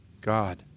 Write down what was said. God